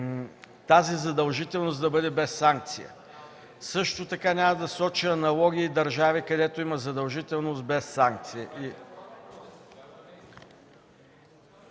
тази задължителност да бъде без санкция. Също така няма да соча аналогии и държави, където има задължителност без санкции.